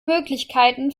möglichkeiten